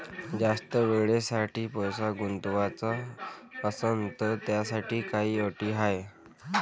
जास्त वेळेसाठी पैसा गुंतवाचा असनं त त्याच्यासाठी काही अटी हाय?